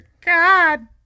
God